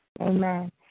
Amen